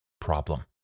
problem